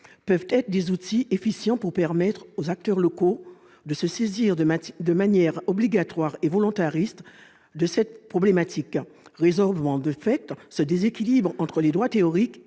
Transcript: peuvent être des outils efficaces pour permettre aux acteurs locaux de se saisir de manière obligatoire et volontariste de cette problématique, résorbant de fait ce déséquilibre entre les droits théoriques